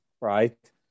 right